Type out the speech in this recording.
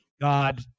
God